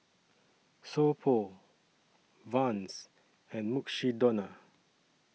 So Pho Vans and Mukshidonna